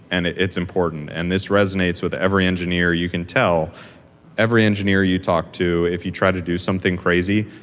and it's important, and this resonates with every engineer. you can tell every engineer you talk to, if you try to do something crazy,